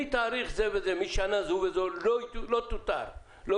מתאריך זה וזה, משנה זו וזו לא יותר יבוא.